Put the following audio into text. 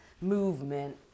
movement